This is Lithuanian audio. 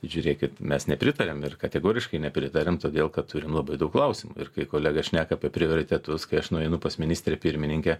žiūrėkit mes nepritariam ir kategoriškai nepritariam todėl kad turim labai daug klausimų ir kai kolega šneka apie prioritetus kai aš nueinu pas ministrę pirmininkę